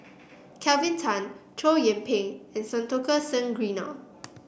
Kelvin Tan Chow Yian Ping and Santokh Singh Grewal